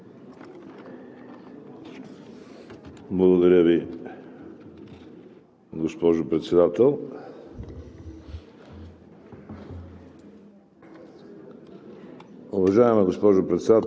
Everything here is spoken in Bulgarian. Благодаря Ви, госпожо Председател.